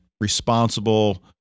responsible